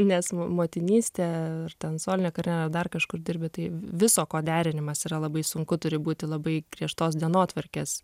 nes motinystė ir ten solinė karjera dar kažkur dirbi tai viso ko derinimas yra labai sunku turi būti labai griežtos dienotvarkės